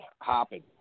hopping